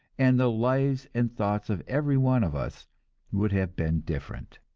and the lives and thoughts of every one of us would have been different.